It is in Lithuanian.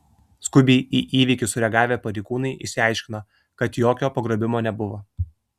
skubiai į įvykį sureagavę pareigūnai išsiaiškino kad jokio pagrobimo nebuvo